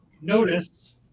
notice